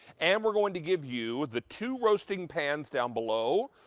and we're going to give you the two roasting pans down below.